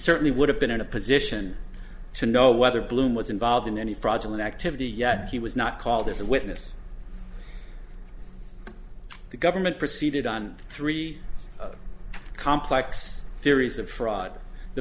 certainly would have been in a position to know whether blum was involved in any fraudulent activity yet he was not called as a witness the government proceeded on three complex theories of fraud the